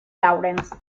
lawrence